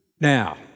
Now